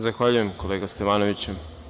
Zahvaljujem, kolega Stevanoviću.